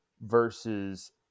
versus